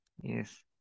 Yes